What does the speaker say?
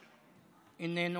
איננו,